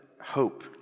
hope